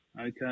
Okay